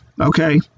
Okay